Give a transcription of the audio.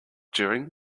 during